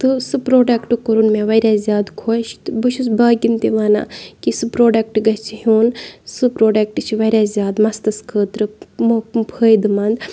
تہٕ سُہ پرٛوڈَکٹ کوٚرُن مےٚ وارِیاہ زیادٕ خۄش تہٕ بہٕ چھُس باقیَن تہِ وَنان کہِ سُہ پرٛوڈَکٹ گَژھِ ہیوٚن سُہ پرٛوڈَکٹ چھُ وارِیاہ زیادٕ مَستَس خٲطرٕ فٲیدٕ مَنٛد